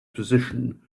position